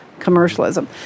commercialism